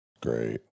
Great